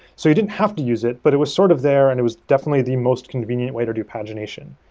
so you didn't have to use it, but it was sort of there and it was definitely the most convenient way to do pagination.